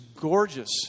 gorgeous